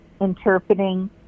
interpreting